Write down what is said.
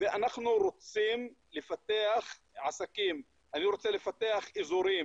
ואנחנו רוצים לפתח עסקים, אני רוצה לפתח אזורים.